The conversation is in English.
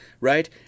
right